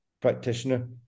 practitioner